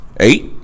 Eight